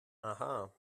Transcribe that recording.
aha